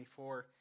24